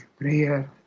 prayer